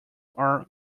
are